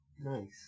nice